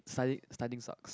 studying studying sucks